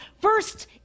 first